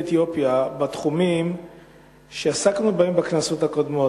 אתיופיה בתחומים שעסקנו בהם בכנסות הקודמות,